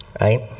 right